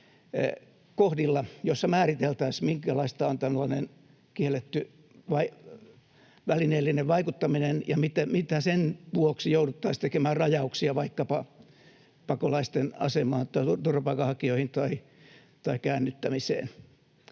kohdilla, joissa määriteltäisiin, minkälaista on tällainen kielletty välineellinen vaikuttaminen ja mitä rajauksia sen vuoksi jouduttaisiin tekemään vaikkapa pakolaisten asemaan tai turvapaikanhakijoihin tai käännyttämiseen.